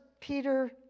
Peter